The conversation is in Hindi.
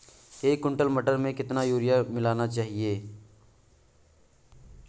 एक कुंटल मटर में कितना यूरिया खाद मिलाना चाहिए?